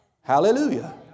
Hallelujah